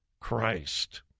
Christ